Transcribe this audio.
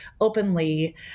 openly